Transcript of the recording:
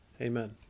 Amen